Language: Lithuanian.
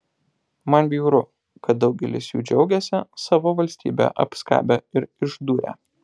man bjauru kad daugelis jų džiaugiasi savo valstybę apskabę ir išdūrę